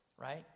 right